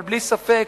אבל בלי ספק,